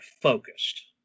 focused